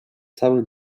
cały